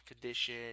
condition